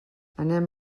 anem